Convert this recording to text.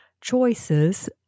choices